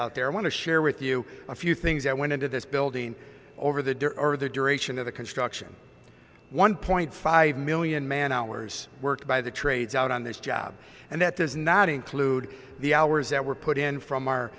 out there want to share with you a few things that went into this building over the dirt or the duration of the construction one point five million man hours worked by the trades out on this job and that does not include the hours that were put in from our